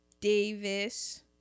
Davis